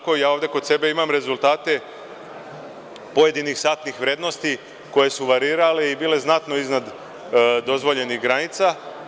Kod sebe imam rezultate pojedinih satnih vrednosti koje su varirale i bile znatno iznad dozvoljenih granica.